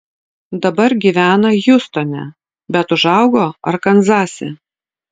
dabar gyvena hjustone bet užaugo arkanzase